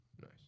Nice